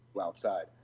outside